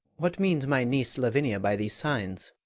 what means my niece lavinia by these signs?